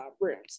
rooms